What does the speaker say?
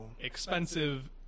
expensive